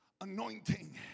anointing